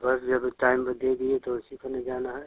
बस जब टाइम दे दिए तो उसी पर न जाना है